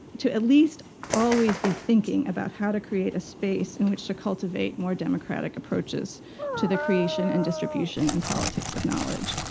to at least always be thinking about how to create a space in which to cultivate more democratic approaches to the creation and distribution and politics of knowledge.